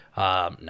No